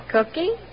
Cookie